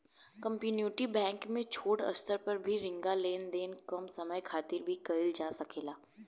community bank में छोट स्तर पर भी रिंका लेन देन कम समय खातिर भी कईल जा सकेला